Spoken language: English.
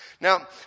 Now